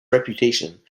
reputation